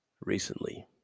recently